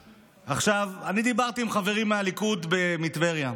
עכשיו, אני דיברתי עם חברים מהליכוד מטבריה.